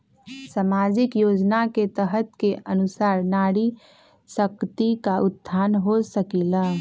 सामाजिक योजना के तहत के अनुशार नारी शकति का उत्थान हो सकील?